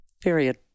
period